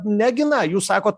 negina jūs sakot